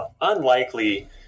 unlikely